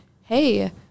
Hey